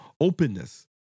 openness